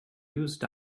used